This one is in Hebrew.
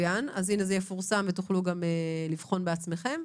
יפורסם ותוכלו גם לבחון בעצמכם.